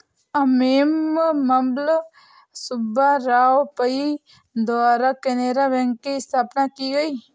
अम्मेम्बल सुब्बा राव पई द्वारा केनरा बैंक की स्थापना की गयी